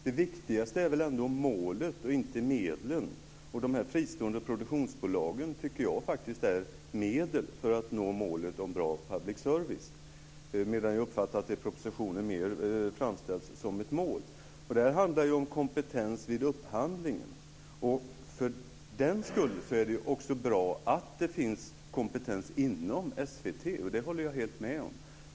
Det viktigaste är väl ändå målet och inte medlen. De fristående produktionsbolagen tycker jag är medel för att nå målet om bra public service. Jag har uppfattat att det i propositionen mer framställs som ett mål. Det här handlar om kompetens i upphandlingen. För den skull är det också bra att det finns kompetens inom SVT, och det håller jag helt med om.